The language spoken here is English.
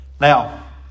now